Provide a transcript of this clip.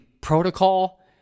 protocol